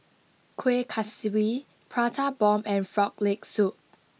Kueh Kaswi Prata Bomb and Frog Leg Soup